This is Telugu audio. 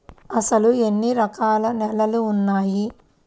అసలు ఎన్ని రకాల నేలలు వున్నాయి?